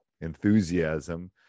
enthusiasm